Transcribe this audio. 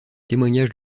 témoignage